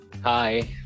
Hi